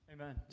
Amen